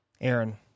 aaron